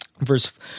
Verse